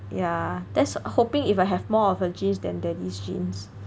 yeah that's hoping if I have more of her genes than daddy's genes